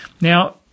Now